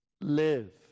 live